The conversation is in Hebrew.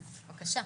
בבקשה..